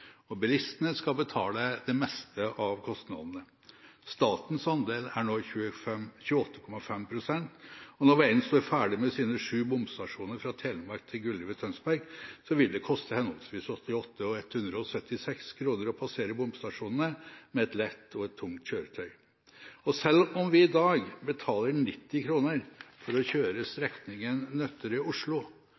og bilistene skal betale det meste av kostnadene. Statens andel er nå 28,5 pst., og når veien står ferdig med sine sju bomstasjoner, fra Telemark til Gulli ved Tønsberg, vil det koste henholdsvis 88 kr og 176 kr å passere bomstasjonene med et lett og et tungt kjøretøy. Og selv om vi i dag betaler 90 kr for å kjøre strekningen